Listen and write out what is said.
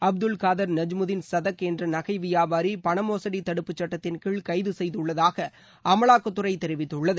அப்துல் காதர் நஜ்முதின் சதக் என்ற நகை வியாபாரி பண மோசுடி தடுப்பு சுட்டத்தின் கீழ் கைது செய்துள்ளதாக அமலாக்கத்துறை தெரிவித்துள்ளது